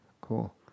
Cool